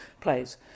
plays